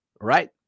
right